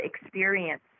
experience